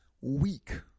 weak